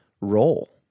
role